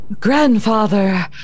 Grandfather